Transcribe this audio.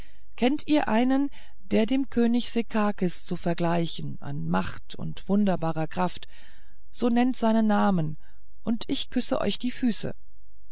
kennt ihr einen der dem könig sekakis zu vergleichen an macht und wunderbarer kraft so nennt seinen namen und ich küsse euch die füße